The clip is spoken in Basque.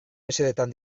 mesedetan